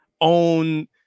own